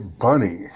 bunny